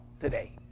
today